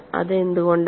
അത് എന്തുകൊണ്ടാണ്